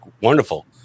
wonderful